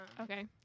Okay